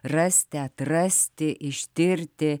rasti atrasti ištirti